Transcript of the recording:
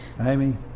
Amy